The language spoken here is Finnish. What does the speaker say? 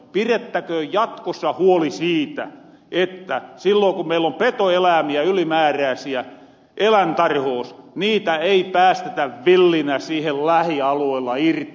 pirettäköön jatkossa huoli siitä että sillon ku meillä on petoeläämiä ylimäärääsiä eläintarhoos niitä ei päästetä villinä siihen lähialueelle irti